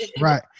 right